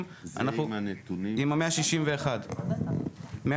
--- זה עם הנתונים --- עם ה-161 ו-103,